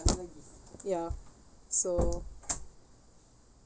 ya so